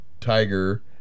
tiger